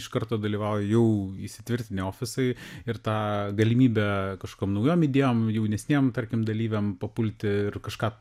iš karto dalyvauja jau įsitvirtinę ofisai ir tą galimybę kažkokiom naujom idėjom jaunesniem tarkim dalyviam papulti ir kažką